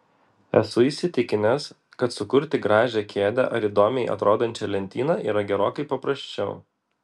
esu įsitikinęs kad sukurti gražią kėdę ar įdomiai atrodančią lentyną yra gerokai paprasčiau